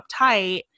uptight